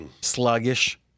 Sluggish